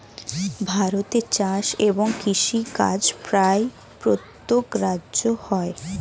ভারতে চাষ এবং কৃষিকাজ প্রায় প্রত্যেক রাজ্যে হয়